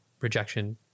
rejection